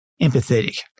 empathetic